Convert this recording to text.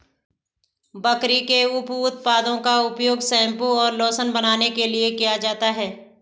बकरी के उप उत्पादों का उपयोग शैंपू और लोशन बनाने के लिए किया जाता है